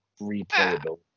replayability